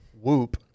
Whoop